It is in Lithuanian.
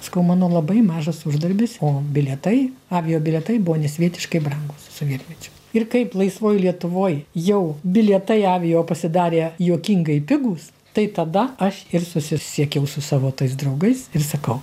sakau mano labai mažas uždarbis o bilietai avijo bilietai buvo nesvietiškai brangūs sovietmečiu ir kaip laisvoj lietuvoj jau bilietai avijo pasidarė juokingai pigūs tai tada aš ir susisiekiau su savo tais draugais ir sakau